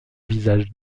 visage